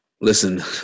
Listen